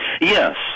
Yes